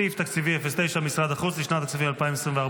סעיף תקציבי 09, משרד החוץ, לשנת הכספים 2024,